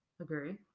agree